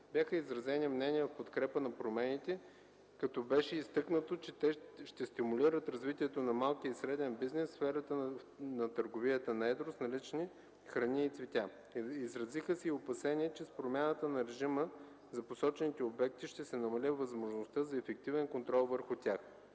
Бяха изразени мнения в подкрепа на промените, като беше изтъкнато, че те ще стимулират развитието на малкия и среден бизнес в сферата на търговията на едро с налични храни и цветя. Изразиха се и опасения, че с промяната на режима за посочените обекти ще се намали възможността за ефективен контрол върху тях.